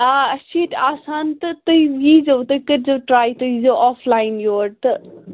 آ اَسہِ چھِ ییٚتہِ آسان تہٕ تُہۍ یی زیٚو تُہۍ کٔرۍزیٚو ٹرٛاے تُہۍ ییٖزیو آف لاِن یور تہٕ